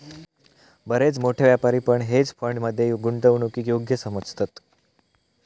बरेच मोठे व्यापारी पण हेज फंड मध्ये गुंतवणूकीक योग्य समजतत